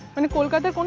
in kolkata.